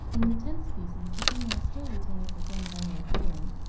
in the tenth species the female still retains the same general colouring,